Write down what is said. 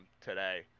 today